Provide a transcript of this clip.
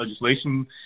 legislation